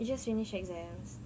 you just finished exams